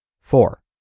Four